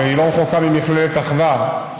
והיא לא רחוקה ממכללת אחוה,